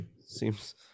seems